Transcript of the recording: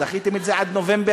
דחיתם את זה עד נובמבר,